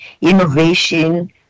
innovation